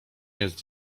jest